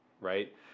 Right